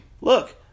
look